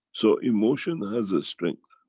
so emotion has a strength.